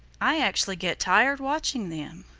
i actually get tired watching them.